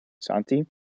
Santi